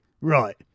Right